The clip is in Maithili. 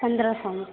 पन्द्रह सए मे